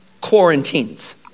quarantines